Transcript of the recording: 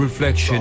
Reflection